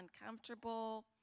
uncomfortable